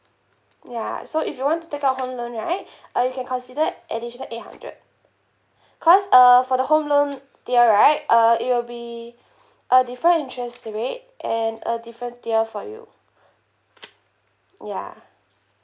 ya so if you want to take out home loan right uh you can consider additional eight hundred cause uh for the home loan tier right uh it will be a different interest rate and a different tier for you ya